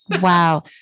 Wow